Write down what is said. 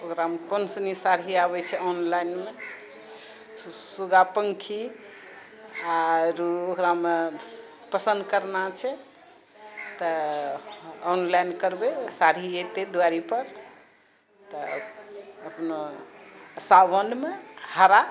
ओकरामे कोनसुनी साड़ी आबै छै ऑनलाइनमे सुगापंखी आरो ओकरामे पसन्द करना छै तऽ ऑनलाइन करबै साड़ी एतै दुआरी पर तऽ अपनो सावनमे हरा